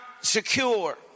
secure